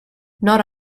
not